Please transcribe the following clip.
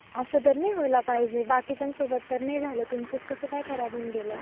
असं तर नाही व्हायला पाहिजे बाकीच्यांसोबत तर नाही झालं तुमचंच कसं काय खराब होऊन गेलं